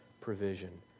provision